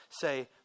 say